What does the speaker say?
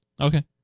Okay